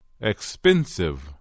Expensive